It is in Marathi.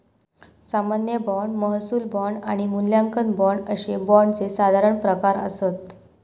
सामान्य बाँड, महसूल बाँड आणि मूल्यांकन बाँड अशे बाँडचे साधारण प्रकार आसत